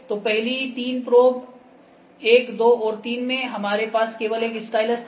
तो पहले तीन प्रोब1 2 और 3 में हमारे पास केवल एक स्टाइलस था